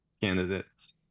candidates